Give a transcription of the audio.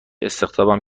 استخدامم